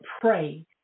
pray